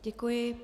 Děkuji.